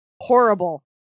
horrible